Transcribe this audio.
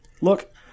Look